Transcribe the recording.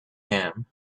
him